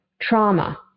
trauma